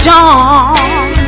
John